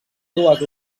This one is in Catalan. dues